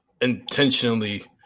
intentionally